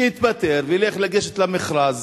שיתפטר, וייגש למכרז,